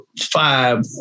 Five